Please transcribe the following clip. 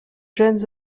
jeunes